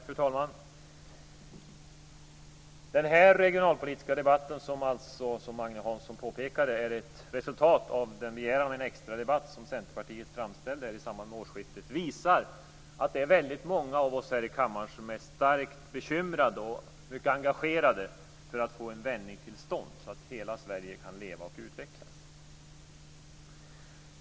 Fru talman! Den här regionalpolitiska debatten - som är ett resultat, som Agne Hansson påpekade, av en begäran om en extradebatt som Centerpartiet framställde vid årsskiftet - visar att det är väldigt många av oss här i kammaren som är starkt bekymrade och mycket engagerade för att få en vändning till stånd så att hela Sverige kan leva och utvecklas.